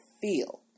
feel